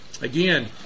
Again